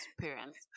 parents